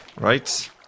Right